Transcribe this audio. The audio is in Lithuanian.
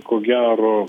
ko gero